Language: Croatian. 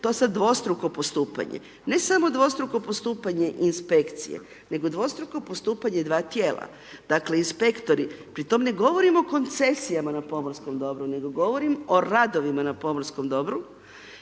to sad dvostruko postupanje, ne samo dvostruko postupanje Inspekcije, nego dvostruko postupanje dva tijela. Dakle, inspektori, pri tome ne govorimo o koncesijama na pomorskom dobru, nego govorim o radovima na pomorskom dobru